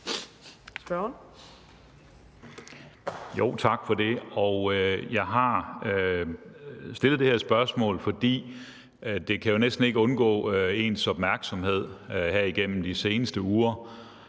Tak for det. Jeg har stillet det her spørgsmål, fordi det jo næsten ikke her igennem de seneste par